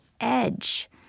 edge